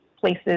places